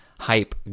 hype